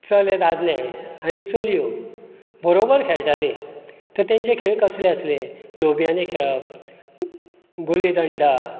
चले दादले आनी चलयो बरोबर खेळटाली तर तांचे खेळ कसले आसले लोबयांनी खेळप गुली दंडा